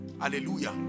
Hallelujah